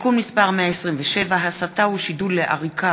(תיקון מס' 127) (הסתה או שידול לעריקה